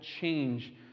change